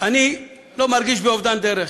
אני לא מרגיש באובדן דרך.